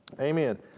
Amen